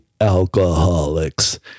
alcoholics